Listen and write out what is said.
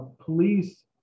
police